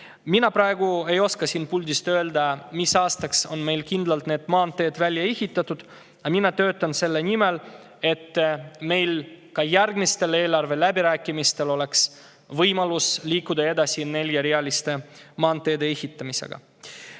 Ma praegu ei oska siit puldist öelda, mis aastaks on meil kindlalt need maanteed välja ehitatud. Aga ma töötan selle nimel, et meil oleks ka järgmistel eelarve läbirääkimistel võimalus liikuda neljarealiste maanteede ehitamisega